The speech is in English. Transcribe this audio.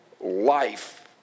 life